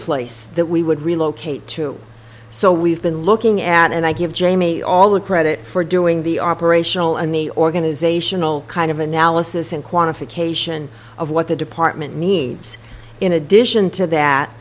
place that we would relocate to so we've been looking at and i give jamie all the credit for doing the operational and the organizational kind of analysis and quantification of what the department needs in addition to that